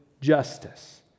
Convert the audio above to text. justice